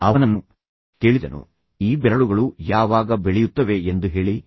ಅವನನ್ನು ಕೇಳಿದನು ಈ ಬೆರಳುಗಳು ಯಾವಾಗ ಬೆಳೆಯುತ್ತವೆ ಎಂದು ಹೇಳಿ